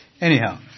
Anyhow